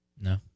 No